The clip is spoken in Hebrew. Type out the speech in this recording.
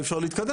אי אפשר להתקדם.